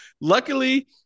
Luckily